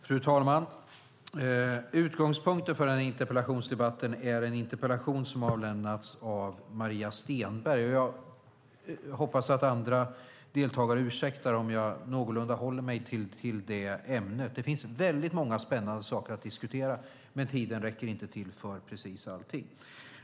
Fru talman! Utgångspunkten för den här interpellationsdebatten är en interpellation som har avlämnats av Maria Stenberg, och jag hoppas att andra deltagare ursäktar om jag någorlunda håller mig till ämnet. Det finns väldigt många spännande saker att diskutera, men tiden räcker inte till för precis allting.